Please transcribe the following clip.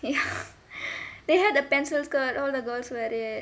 ya they had a pencil skirt all the girls wear it